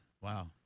Wow